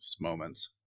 moments